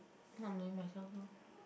not knowing myself lor